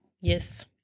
Yes